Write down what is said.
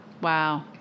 Wow